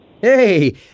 Hey